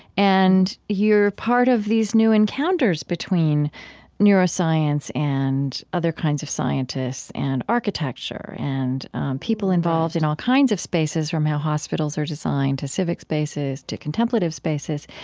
and you're part of these new encounters between neuroscience and other kinds of scientists and architecture and people involved in all kinds of spaces, from how hospitals are designed to civic spaces to contemplative spaces.